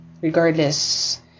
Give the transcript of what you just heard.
regardless